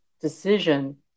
decision